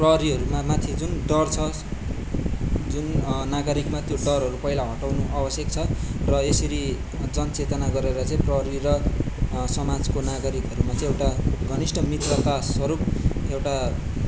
प्रहरीहरूमा माथि जुन डर छ जुन नागरिकमा त्यो डरहरू पहिला हटाउनु अवश्यक छ र यसरी जनचेतना गरेर चैँ प्रहरी र समाजको नागरिकहरूमा एउटा घनिस्ट मित्रता स्वरूप एउटा